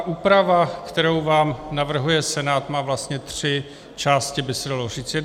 Úprava, kterou vám navrhuje Senát, má vlastně tři části, by se dalo říct.